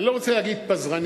אני לא רוצה להגיד פזרנית,